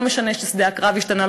לא משנה ששדה הקרב השתנה,